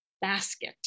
basket